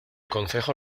concejo